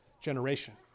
generation